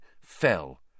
fell